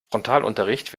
frontalunterricht